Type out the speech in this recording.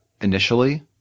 initially